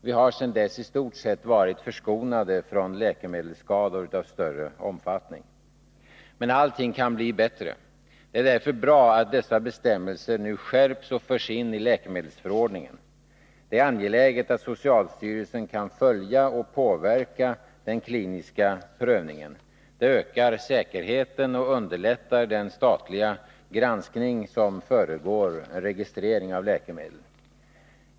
Vi har sedan dess i stort sett varit förskonade från läkemedelsskador av större omfattning. Men allting kan bli bättre. Det är därför bra att dessa bestämmelser nu skärps och förs in i läkemedelsförordningen. Det är angeläget att socialstyrelsen kan följa och påverka den kliniska prövningen. Det ökar säkerheten och underlättar den statliga granskning som föregår registrering av läkemedel.